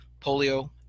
polio